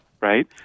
right